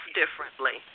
differently